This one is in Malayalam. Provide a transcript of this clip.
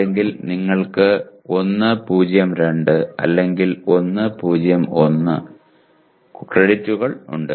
അല്ലെങ്കിൽ നിങ്ങൾക്ക് 1 0 2 അല്ലെങ്കിൽ 1 0 1 ക്രെഡിറ്റുകൾ ഉണ്ട്